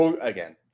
again